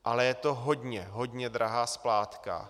Ale je to hodně, hodně drahá splátka.